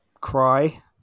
cry